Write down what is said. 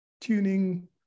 tuning